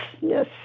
yes